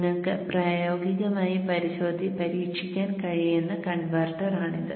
നിങ്ങൾക്ക് പ്രായോഗികമായി പരീക്ഷിക്കാൻ കഴിയുന്ന കൺവെർട്ടറാണിത്